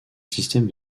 système